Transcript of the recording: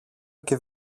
και